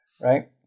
right